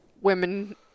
women